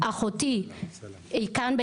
כולנו כאן,